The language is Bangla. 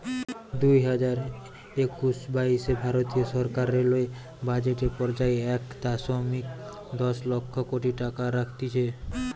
দুইহাজার একুশ বাইশে ভারতীয় সরকার রেলওয়ে বাজেট এ পর্যায়ে এক দশমিক দশ লক্ষ কোটি টাকা রাখতিছে